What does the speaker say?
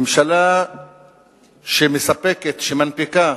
ממשלה שמספקת, שמנפיקה,